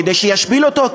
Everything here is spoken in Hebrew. כדי שישפיל אותו,